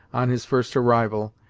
on his first arrival,